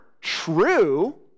true